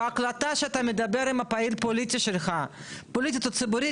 בהקלטה שאתה מדבר עם הפעיל הפוליטי שלך: "פוליטית או ציבורית